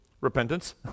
Repentance